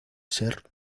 ser